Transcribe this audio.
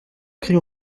crayon